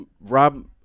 rob